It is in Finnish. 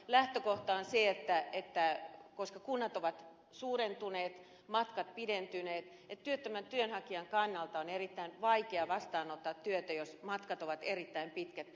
lähtökohta on se koska kunnat ovat suurentuneet matkat pidentyneet että työttömän työnhakijan kannalta on erittäin vaikea vastaanottaa työtä jos matkat ovat erittäin pitkät